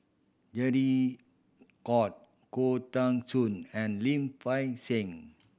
De Coutre Khoo Teng Soon and Lim Fei Shen